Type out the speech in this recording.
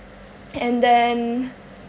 and then